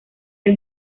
del